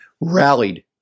rallied